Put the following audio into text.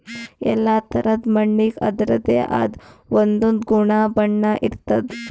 ಎಲ್ಲಾ ಥರಾದ್ ಮಣ್ಣಿಗ್ ಅದರದೇ ಆದ್ ಒಂದೊಂದ್ ಗುಣ ಬಣ್ಣ ಇರ್ತದ್